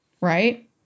Right